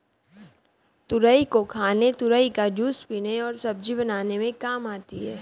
तुरई को खाने तुरई का जूस पीने और सब्जी बनाने में काम आती है